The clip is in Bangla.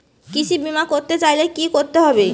কৃষি বিমা করতে চাইলে কি করতে হবে?